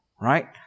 Right